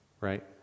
right